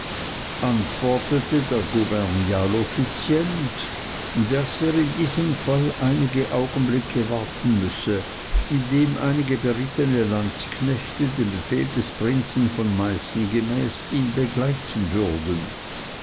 antwortete der gubernial offiziant daß er in diesem fall einige augenblicke warten müsse indem einige berittene landsknechte dem befehl des prinzen von meißen gemäß ihn begleiten würden